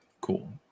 cool